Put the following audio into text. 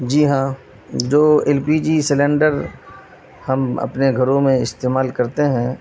جی ہاں جو L P G cylinder ہم اپنے گھروں میں استعمال کرتے ہیں